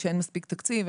שאין מספיק תקציב,